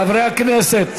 חברי הכנסת,